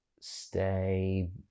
stay